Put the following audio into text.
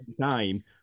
time